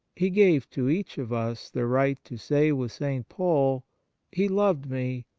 he gave to each of us the right to say with st. paul he loved me,